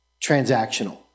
Transactional